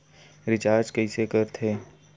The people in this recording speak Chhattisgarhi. रिचार्ज कइसे कर थे?